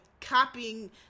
copying